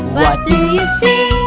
what do you see?